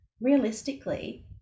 realistically